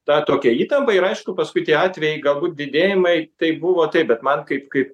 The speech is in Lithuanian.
tą tokią įtampą ir aišku paskui tie atvejai galbūt didėjimai tai buvo taip bet man kaip kaip